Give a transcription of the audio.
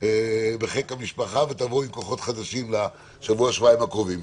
בחיק המשפחה ותבואו עם כוחות חדשים לשבוע-שבועיים הקרובים.